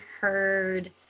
heard